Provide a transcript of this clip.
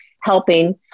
helping